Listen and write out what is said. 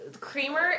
creamer